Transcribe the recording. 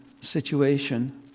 situation